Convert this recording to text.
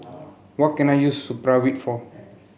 what can I use Supravit for